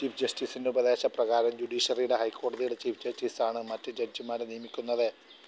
chief ജസ്റ്റിസിൻ്റെ ഉപദേശപ്രകാരം ജുഡീഷ്യറിയുടെ ഹൈക്കോടതിയുടെ ചീഫ് ജസ്റ്റിസ് ആണ് മറ്റ് ജഡ്ജിമാരെ നിയമിക്കുന്നത്